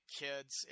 kids